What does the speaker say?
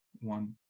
One